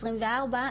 עשרים וארבע,